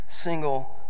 single